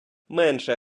менше